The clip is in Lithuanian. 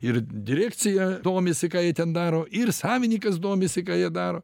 ir direkcija domisi ką jie ten daro ir savinikas domisi ką jie daro